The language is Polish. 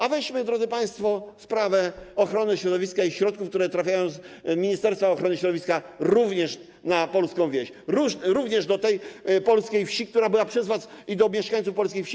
A weźmy, drodzy państwo, sprawę ochrony środowiska i środków, które trafiają z ministerstwa ochrony środowiska również na polską wieś, również do tej polskiej wsi, która była przez was mocno zapomniana, i do mieszkańców polskiej wsi.